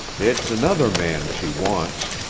it's another man she wants,